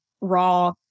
raw